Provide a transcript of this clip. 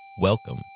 Welcome